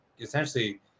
essentially